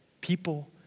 people